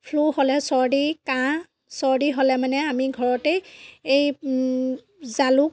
flu হ'লে চৰ্দি কাঁহ চৰ্দি হ'লে মানে আমি ঘৰতেই এই জালুক